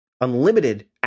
unlimited